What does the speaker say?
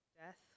death